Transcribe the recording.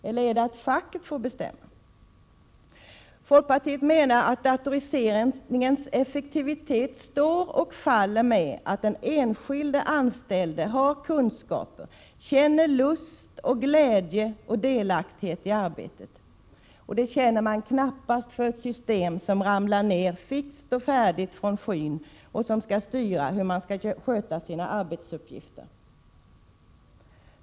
Eller är det att facket får bestämma? Folkpartiet menar att datoriseringens effektivitet står och faller med att den enskilde anställde har kunskaper, känner lust, glädje och delaktighet i arbetet. Det känner han knappast för ett system som ramlar ned fixt och färdigt från skyn och som styr hur han skall sköta sina arbetsuppgifter.